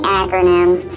acronyms